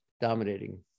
dominating